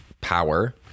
power